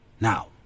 Now